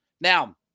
Now